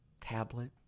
tablet